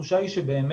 התחושה היא שבאמת